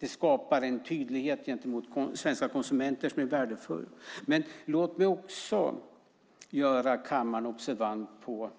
Det skapar en tydlighet gentemot svenska konsumenter som är värdefull. Men låt mig också göra kammaren observant på